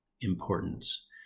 importance